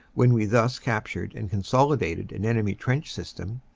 when we thus captured and consolidated an enemy trench system,